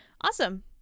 awesome